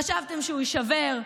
חשבתם שהוא יישבר,